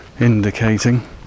Indicating